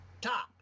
top